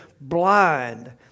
blind